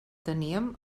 teníem